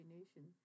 Nation